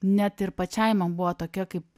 net ir pačiai man buvo tokia kaip